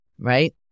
right